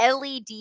led